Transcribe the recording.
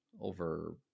over